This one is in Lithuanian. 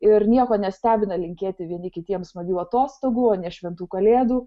ir nieko nestebina linkėti vieni kitiems smagių atostogų o ne šventų kalėdų